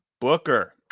Booker